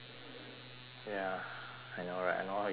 ya I know right I know how you feel fam